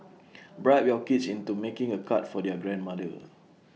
bribe your kids into making A card for their grandmother